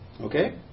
Okay